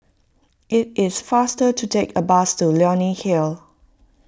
it is faster to take a bus to Leonie Hill